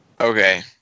Okay